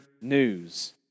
news